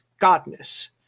Godness